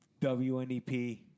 WNEP